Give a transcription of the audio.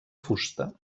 fusta